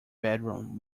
bedroom